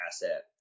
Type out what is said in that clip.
asset